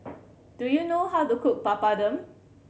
do you know how to cook Papadum